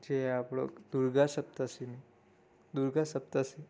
જે આપણો દુર્ગા સપ્તશતીનો દુર્ગા સપ્તશતી